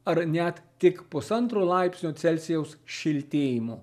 ar net tik pusantro laipsnio celsijaus šiltėjimo